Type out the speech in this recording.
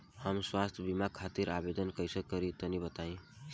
हम स्वास्थ्य बीमा खातिर आवेदन कइसे करि तनि बताई?